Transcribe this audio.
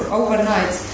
overnight